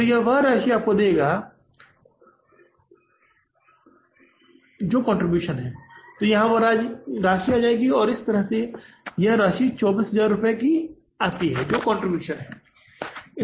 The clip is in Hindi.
तो वह राशि आपको दे दे वह राशि यहां आ जाएगी इस तरह 24000 रुपये का कंट्रीब्यूशन है